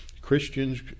Christians